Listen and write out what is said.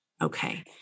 Okay